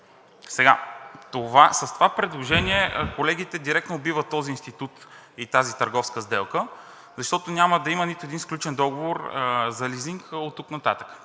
суми. С това предложение колегите директно убиват този институт и тази търговска сделка, защото няма да има нито един сключен договор за лизинг оттук нататък.